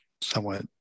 somewhat